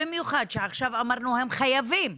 במיוחד כשעכשיו אמרנו שהם חייבים.